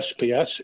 SPS